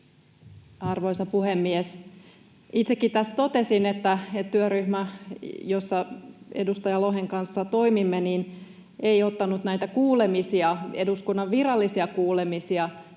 Arvoisa puhemies! Itsekin tässä totesin, että työryhmä, jossa edustaja Lohen kanssa toimimme, ei ottanut näitä kuulemisia, eduskunnan virallisia kuulemisia,